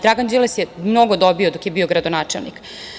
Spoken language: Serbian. Dragan Đilas je mnogo dobio dok je bio gradonačelnik.